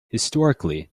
historically